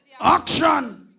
Action